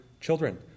Children